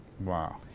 Wow